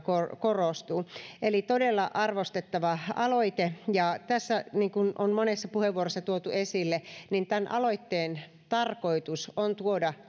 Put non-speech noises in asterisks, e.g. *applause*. korostuu eli todella arvostettava aloite ja niin kuin on monessa puheenvuorossa tuotu esille tämän aloitteen tarkoitus on tuoda *unintelligible*